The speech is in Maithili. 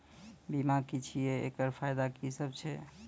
बीमा की छियै? एकरऽ फायदा की सब छै?